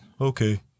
okay